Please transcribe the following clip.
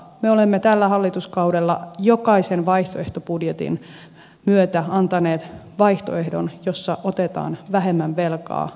me olemme hallituskaudella jokaisen vaihtoehtobudjetin myötä antaneet vaihtoehdon jossa otetaan vähemmän velkaa